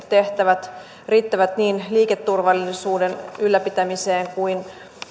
tehtävät riittävät niin liikenneturvallisuuden ylläpitämiseen kuin